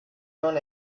non